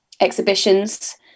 exhibitions